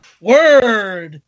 Word